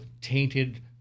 tainted